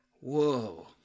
Whoa